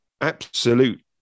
absolute